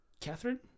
Catherine